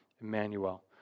Emmanuel